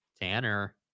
Tanner